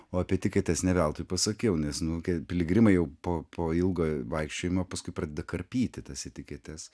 o apie etiketes ne veltui pasakiau nes nu kai piligrimai jau po po ilgo vaikščiojimo paskui pradeda karpyti tas etiketes